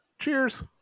cheers